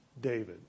David